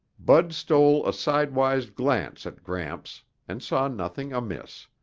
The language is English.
bud stole a sidewise glance at gramps and saw nothing amiss.